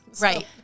Right